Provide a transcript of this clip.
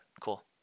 Cool